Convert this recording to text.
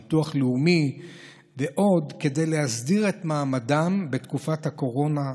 הביטוח הלאומי ועוד כדי להסדיר את מעמדם בתקופת הקורונה.